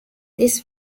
this